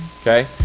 Okay